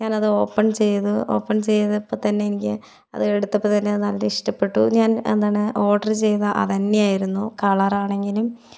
ഞാൻ അത് ഓപ്പൺ ചെയ്തു ഓപ്പൺ ചെയ്തപ്പോൾ തന്നെ എനിക്ക് അത് എടുത്തപ്പോൾ തന്നെ നല്ല ഇഷ്ടപ്പെട്ടു ഞാൻ എന്താണ് ഓർഡർ ചെയ്ത അതുതന്നെയായിരുന്നു കളറാണെങ്കിലും